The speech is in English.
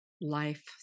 life